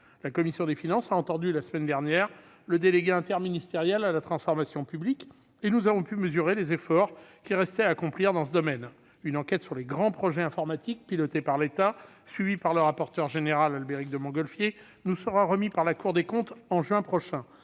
La commission des finances a entendu la semaine dernière le délégué interministériel à la transformation publique et nous avons pu mesurer les efforts qui restaient à accomplir dans ce domaine. Une enquête sur les grands projets informatiques pilotés par l'État, suivie par le rapporteur général Albéric de Montgolfier, nous sera remise par la Cour des comptes en juin prochain.